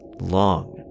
long